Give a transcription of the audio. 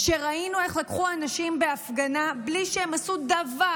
וראינו איך לקחו אנשים מהפגנה בלי שהם עשו דבר,